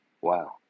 Wow